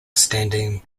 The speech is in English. standing